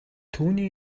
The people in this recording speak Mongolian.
түүний